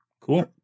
Cool